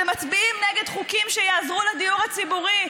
אתם מצביעים נגד חוקים שיעזרו לדיור הציבורי,